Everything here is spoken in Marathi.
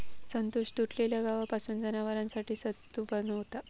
संतोष तुटलेल्या गव्हापासून जनावरांसाठी सत्तू बनवता